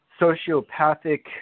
sociopathic